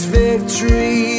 victory